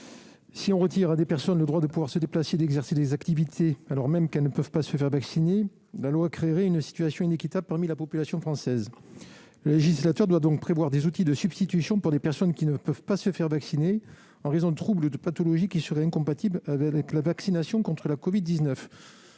Si elle retire à des personnes le droit de pouvoir se déplacer, d'exercer des activités, alors même qu'elles ne peuvent pas se faire vacciner, la loi sera à l'origine de traitements inéquitables au sein de la population française. Le législateur doit donc prévoir des outils de substitution pour des personnes qui ne peuvent pas se faire vacciner en raison de troubles ou de pathologies qui seraient incompatibles avec la vaccination contre la covid-19.